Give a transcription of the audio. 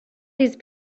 these